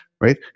right